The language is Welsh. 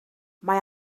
mae